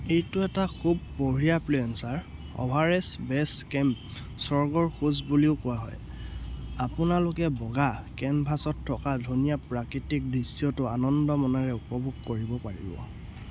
এইটো এটা খুব বঢ়িয়া plain sir Everest base camp স্বৰ্গৰ খোজ বুলিও কোৱা হয় আপোনালোকে বগা কেনভাছত থকা ধুনীয়া প্ৰাকৃতিক দৃশ্যটো আনন্দ মনেৰে উপভোগ কৰিব পাৰিব